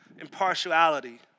impartiality